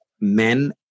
men